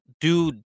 dude